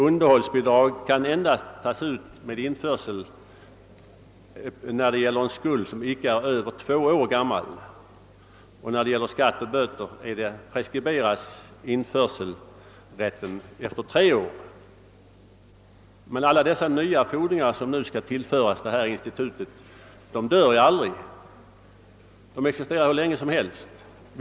Underhållsbidrag kan endast tas ut när det gäller skulder som icke är över två år gamla; för skatter och böter är motsvarande gräns tre år. Men för alla de fordringar, som nu skall kunna drivas in genom detta institut, finns ingen sådan gräns; de existerar hur länge som helst.